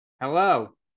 Hello